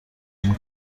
این